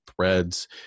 threads